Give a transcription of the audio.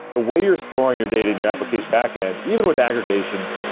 the way your storing your data in your application backend, even with aggregations,